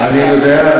אני יודע.